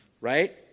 right